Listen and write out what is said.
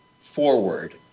forward